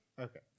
Okay